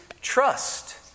trust